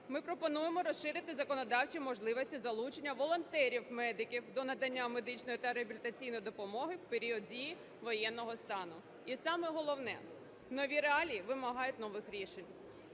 Ми пропонуємо розширити законодавчі можливості залучення волонтерів-медиків до надання медичної та реабілітаційної допомоги в період дії воєнного стану. І саме головне, нові реалії вимагають нових рішень,